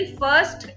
first